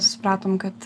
supratom kad